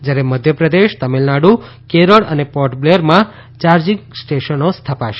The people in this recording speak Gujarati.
જ્યારે મધ્યપ્રદેશ તમિલનાડ઼ કેરળ અને પોર્ટ બ્લેરમાં ચાર્જિંગ સ્ટેશનો સ્થાપાશે